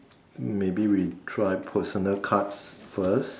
maybe we try personal cards first